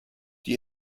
die